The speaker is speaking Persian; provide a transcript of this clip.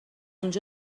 اونجا